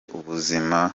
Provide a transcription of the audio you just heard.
ubuzima